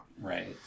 Right